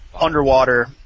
underwater